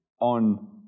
on